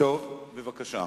בבקשה.